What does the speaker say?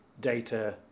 data